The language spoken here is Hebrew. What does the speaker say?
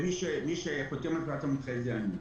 מי שחותם על תעודת המומחה הוא אני.